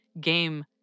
game